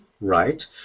right